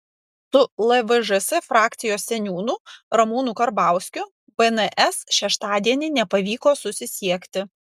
su lvžs frakcijos seniūnu ramūnu karbauskiu bns šeštadienį nepavyko susisiekti